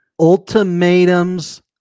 Ultimatums